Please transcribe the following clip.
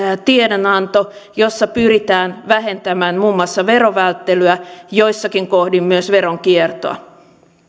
tiedonanto jossa pyritään vähentämään muun muassa verovälttelyä joissakin kohdin myös veronkiertoa